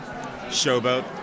Showboat